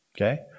Okay